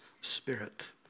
spirit